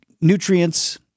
nutrients